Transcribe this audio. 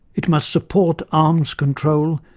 it must support arms control,